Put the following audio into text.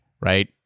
right